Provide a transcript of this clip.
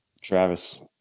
Travis